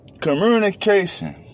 communication